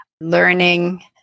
learning